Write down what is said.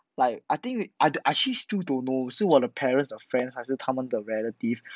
like I think we I I actually still still don't know 是我的 parent 的 friend 还是他们的 relative